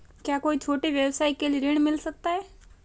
क्या कोई छोटे व्यवसाय के लिए ऋण मिल सकता है?